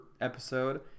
episode